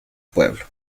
pueblo